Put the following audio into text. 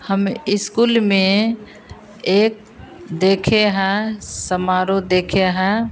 हम स्कूल में एक देखे हैं समारोह देखे हैं